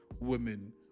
women